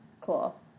Cool